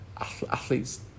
Athletes